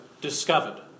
discovered